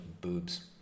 boobs